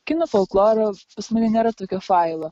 kinų folkloro pas mane nėra tokio failo